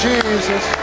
Jesus